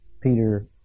Peter